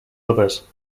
others